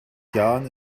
jahren